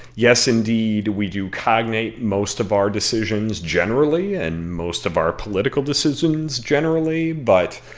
yes, indeed, we do cognate most of our decisions generally and most of our political decisions generally. but